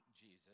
Jesus